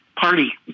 party